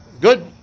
Good